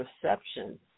perception